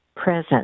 present